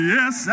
Yes